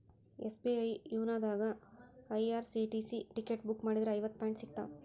SBI YONO ದಾಗಾ IRCTC ticket book ಮಾಡಿದ್ರ ಐವತ್ತು ಪಾಯಿಂಟ್ ಸಿಗ್ತಾವ